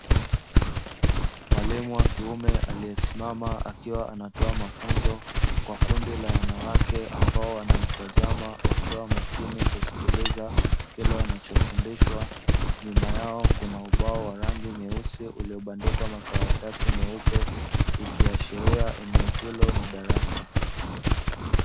Mwalimu wa kiume aliyesimama, akiwa anatoa mafunzo kwa kundi la wanawake ambao wanamtazama wakiwa makini kusikiliza kila wanachofundishwa, nyuma yao kuna ubao wa rangi nyeusi uliobandikwa makaratasi meupe, ikiashiria eneo hilo ni darasa.